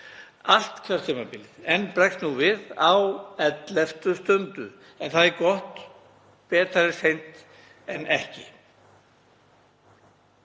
allt kjörtímabilið en bregst nú við á elleftu stundu. Það er gott, betra er seint en ekki.